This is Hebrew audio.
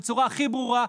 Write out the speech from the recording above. בצורה הכי ברורה,